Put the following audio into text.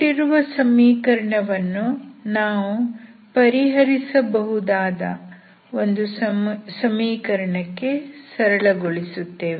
ಕೊಟ್ಟಿರುವ ಸಮೀಕರಣವನ್ನು ನಾವು ಪರಿಹರಿಸಬಹುದಾದ ಒಂದು ಸಮೀಕರಣಕ್ಕೆ ಸರಳಗೊಳಿಸುತ್ತೇವೆ